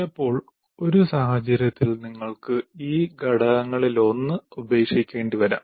ചിലപ്പോൾ ഒരു സാഹചര്യത്തിൽ നിങ്ങൾക്ക് ഈ ഘടകങ്ങളിലൊന്ന് ഉപേക്ഷിക്കേണ്ടിവരാം